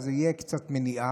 אז תהיה קצת מניעה.